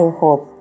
hope